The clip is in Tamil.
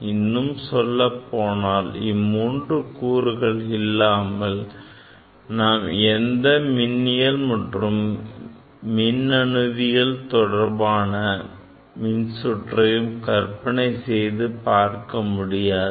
இன்னும் சொல்லப்போனால் இம்மூன்று கூறுகள் இல்லாமல் நாம் எந்த மின்னியல் மற்றும் மின்னணுவியல் தொடர்பான மின்சுற்றையும் கற்பனை செய்து பார்க்க முடியாது